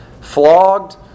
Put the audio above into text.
flogged